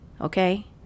Okay